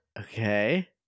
Okay